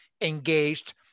engaged